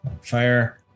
fire